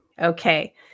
Okay